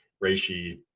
reishi.